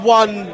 one